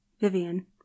Vivian